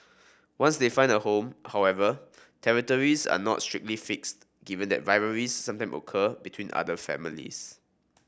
once they find a home however territories are not strictly fixed given that rivalries sometimes occur between otter families